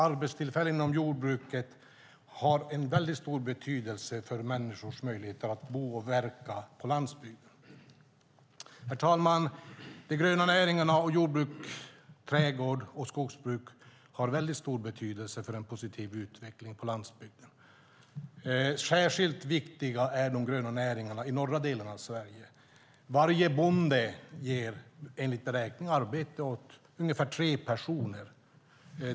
Arbetstillfällen inom jordbruket har en väldigt stor betydelse för människors möjligheter att bo och verka på landsbygden. Herr talman! De gröna näringarna - jordbruk, trädgård och skogsbruk - har väldigt stor betydelse för en positiv utveckling på landsbygden. Särskilt viktiga är de gröna näringarna i den norra delen av Sverige - varje bonde ger enligt beräkningar arbete åt ungefär tre personer.